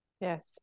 yes